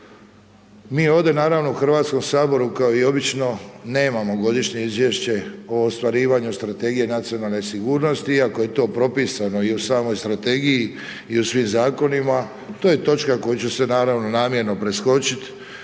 Mi ovdje naravno u Hrvatskom saboru kao i obično nemamo godišnje izvješće o ostvarivanju Strategije nacionalne sigurnosti iako je to propisano i u samoj strategiji i u svim zakonima. To je točka koja će naravno namjerno preskočiti